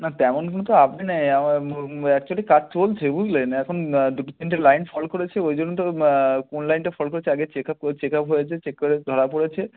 না তেমন কোনো তো আপডেট নেই অ্যাকচুয়েলি কাজ চলছে বুঝলেন এখন দুটো তিনটে লাইন ফল্ট করেছে ওই জন্য তো কোন লাইনটা ফল্ট করেছে আগে চেক আপ চেক আপ হয়েছে চেক করে ধরা পড়েছে